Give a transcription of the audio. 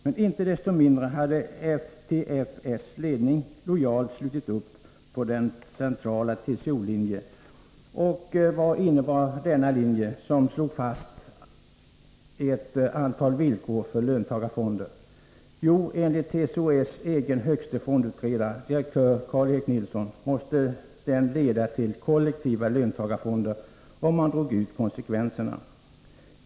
Men inte desto mindre hade FTF:s ledning lojalt slutit upp på det centrala TCO:s linje. Vad innebar då denna linje, som fastslog ett antal villkor för löntagarfonder? Jo, enligt TCO:s egen högste fondutredare, direktör Karl-Erik Nilsson, måste den leda till kollektiva löntagarfonder, om man drog konsekvenserna av resonemanget.